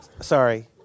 Sorry